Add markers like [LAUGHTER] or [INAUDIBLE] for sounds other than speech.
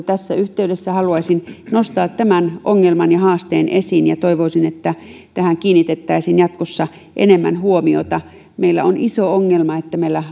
[UNINTELLIGIBLE] tässä yhteydessä haluaisin nostaa tämän ongelman ja haasteen esiin ja toivoisin että tähän kiinnitettäisiin jatkossa enemmän huomiota meillä on iso ongelma että meillä [UNINTELLIGIBLE]